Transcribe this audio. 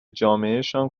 جامعهشان